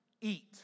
Eat